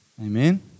Amen